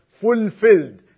fulfilled